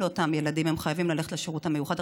שילכו לחינוך המיוחד.